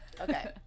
Okay